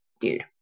dude